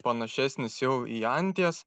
panašesnis jau į anties